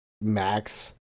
max